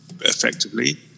effectively